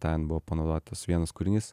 ten buvo panaudotas vienas kūrinys